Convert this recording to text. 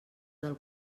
del